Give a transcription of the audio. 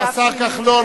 התשי"ח 1958. השר כחלון,